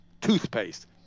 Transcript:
toothpaste